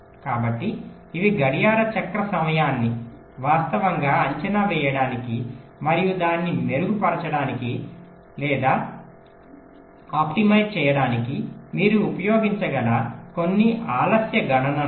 కాబట్టి ఇవి గడియార చక్ర సమయాన్ని వాస్తవంగా అంచనా వేయడానికి మరియు దాన్ని మెరుగుపరచడానికి లేదా ఆప్టిమైజ్ చేయడానికి మీరు ఉపయోగించగల కొన్ని ఆలస్యం గణనలు